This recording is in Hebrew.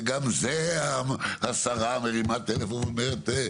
שגם זה השרה מרימה טלפון ואומרת תראה,